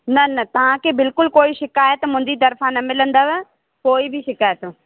न न तव्हांखे बिल्कुलु कोई शिकाइतु मुंहिंजी तरफ़ा न मिलंदव कोई बि शिकाइतु